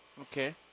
Okay